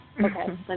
okay